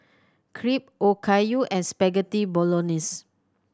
Crepe Okayu and Spaghetti Bolognese